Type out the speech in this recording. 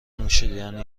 نوشیدنی